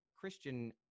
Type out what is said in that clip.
Christian